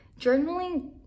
journaling